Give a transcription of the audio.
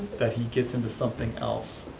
that he gets into something else.